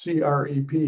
CREP